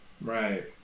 right